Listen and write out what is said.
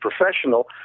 professional